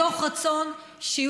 תראי